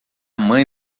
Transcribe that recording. mãe